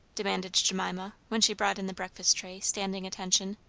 demanded jemima when she brought in the breakfast-tray, standing attention.